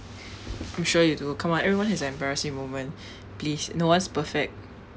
I'm sure you do come on everyone has an embarrassing moment please no one's perfect